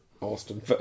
austin